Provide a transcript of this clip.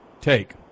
take